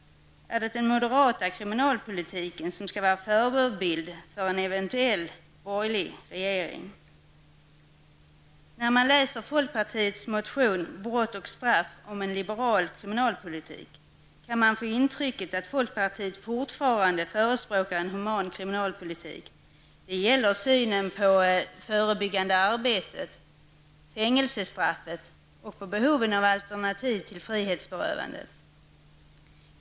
Är det den moderata kriminalpolitiken som skall vara förebild för en eventuell borgerlig regering? När man läser folkpartiet liberalernas motion Brott och Straff, om en liberal kriminalpolitik, kan man få intrycket att folkpartiet fortfarande förespråkar en human kriminalpolitik. Det gäller synen på det förebyggande arbetet, fängelsestraffet och behoven av alternativ till frihetsberövandet.